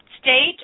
State